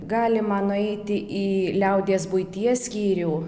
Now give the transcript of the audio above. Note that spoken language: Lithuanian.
galima nueiti į liaudies buities skyrių